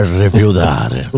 rifiutare